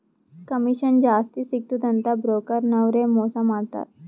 commission ಜಾಸ್ತಿ ಸಿಗ್ತುದ ಅಂತ್ ಬ್ರೋಕರ್ ನವ್ರೆ ಮೋಸಾ ಮಾಡ್ತಾರ್